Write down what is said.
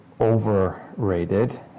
overrated